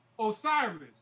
Osiris